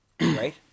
right